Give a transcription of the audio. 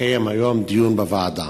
התקיים היום דיון בוועדה.